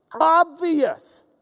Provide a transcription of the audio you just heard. obvious